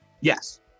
Yes